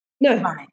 No